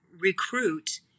recruit